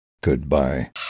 Goodbye